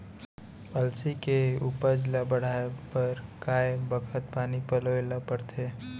अलसी के उपज ला बढ़ए बर कय बखत पानी पलोय ल पड़थे?